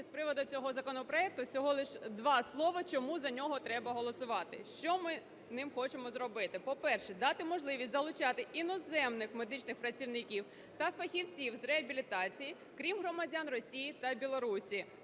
з приводу цього законопроекту, всього лиш два слова, чому за нього треба голосувати. Що ми ним хочемо зробити? По-перше, дати можливість залучати іноземних медичних працівників та фахівців з реабілітації, крім громадян Росії та Білорусі,